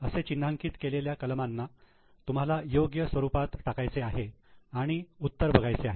असे चिन्हांकित केलेल्या कलमांना तुम्हाला योग्य स्वरूपात टाकायचे आहे आणि उत्तर बघायचे आहे